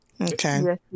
okay